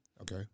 Okay